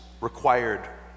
required